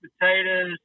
potatoes